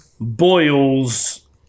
Boils